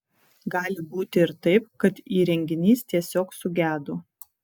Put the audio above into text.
gali būti ir taip kad įrenginys tiesiog sugedo